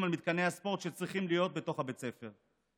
על מתקני הספורט שצריכים להיות בתוך בית הספר,